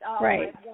Right